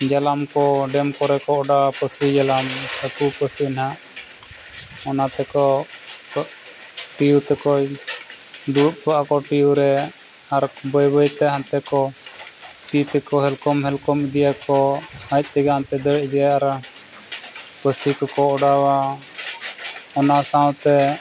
ᱡᱟᱞᱟᱢ ᱠᱚ ᱰᱮᱢ ᱠᱚᱨᱮ ᱠᱚ ᱚᱰᱟ ᱯᱟᱹᱥᱤ ᱡᱮᱞᱟᱢ ᱦᱟᱹᱠᱩ ᱯᱟᱹᱥᱤ ᱱᱟᱦᱟᱜ ᱚᱱᱟ ᱛᱮᱠᱚ ᱴᱤᱭᱩ ᱛᱮᱠᱚ ᱫᱩᱲᱩᱵ ᱠᱚᱜᱼᱟ ᱠᱚ ᱴᱤᱭᱩ ᱨᱮ ᱟᱨ ᱵᱟᱹᱭ ᱵᱟᱹᱭ ᱛᱮ ᱦᱟᱱᱛᱮ ᱠᱚ ᱛᱤ ᱛᱮᱠᱚ ᱦᱮᱞᱠᱚᱢ ᱦᱮᱞᱠᱚᱢ ᱤᱫᱤᱭᱟᱠᱚ ᱟᱡ ᱛᱮᱜᱮ ᱦᱟᱱᱛᱮ ᱫᱟᱹᱲ ᱤᱫᱤᱭᱟ ᱟᱨ ᱯᱟᱹᱥᱤ ᱠᱚᱠᱚ ᱚᱰᱟᱣᱟ ᱚᱱᱟ ᱥᱟᱶᱛᱮ